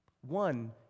One